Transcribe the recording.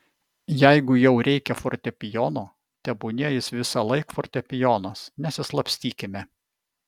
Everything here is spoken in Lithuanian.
jeigu jau reikia fortepijono tebūnie jis visąlaik fortepijonas nesislapstykime